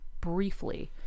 briefly